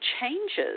changes